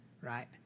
right